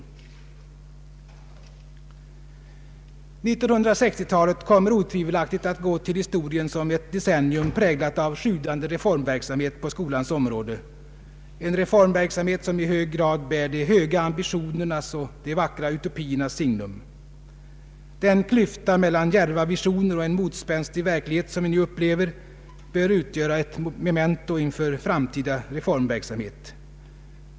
1960-talet kommer otvivelaktigt att gå till historien som ett decennium präglat av sjudande reformverksamhet på skolans område, en reformverksamhet som i hög grad bär de höga ambitionernas och de vackra utopiernas signum. Den klyfta mellan djärva visioner och en motspänstig verklighet som vi nu upplever bör utgöra ett memento inför framtida reformverksamhet.